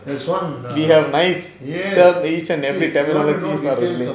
we have nice term each and every terminology